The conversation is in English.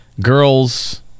Girls